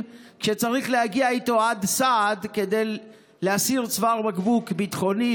וצריך להגיע איתו עד סעד כדי להסיר צוואר בקבוק ביטחוני,